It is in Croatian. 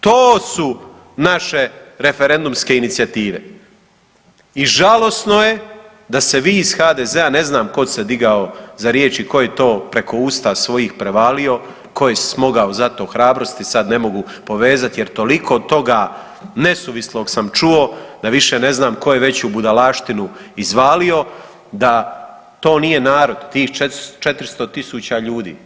To su naše referendumske inicijative i žalosno je da se vi iz HDZ-a, ne znam tko se digao za riječi i tko je to preko usta svojih prevalio, tko je smogao za to hrabrosti, sad ne mogu povezati jer toliko toga nesuvislog sam čuo da više ne znam tko je veću budalaštinu izvalio, da to nije narod, tih 400 tisuća ljudi.